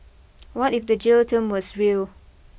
what if the jail term was real